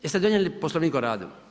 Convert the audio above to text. Jeste li donijeli poslovnik o radu?